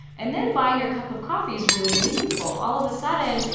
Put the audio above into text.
and then buying your cup of coffee is really meaningful. all of a sudden,